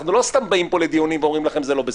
אנחנו לא סתם באים פה לדיונים ואומרים לכם: זה לא בסדר.